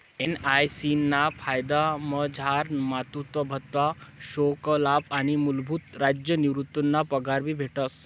NIC ना फायदामझार मातृत्व भत्ता, शोकलाभ आणि मूलभूत राज्य निवृतीना पगार भी भेटस